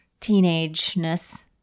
teenageness